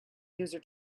user